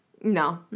no